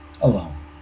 Alone